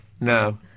No